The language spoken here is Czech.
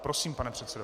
Prosím, pane předsedo.